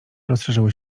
rozszerzyły